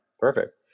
Perfect